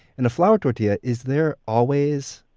in the flour tortilla, is there always